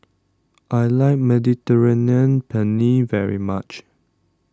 I like Mediterranean Penne very much